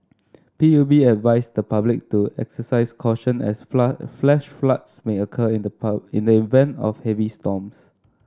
P U B advised the public to exercise caution as flood flash floods may occur in the in the event of heavy storms